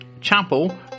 Chapel